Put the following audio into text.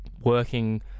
working